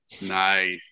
Nice